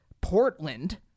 Portland